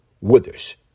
Withers